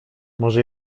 może